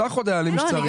תשלח הודעה למי שצריך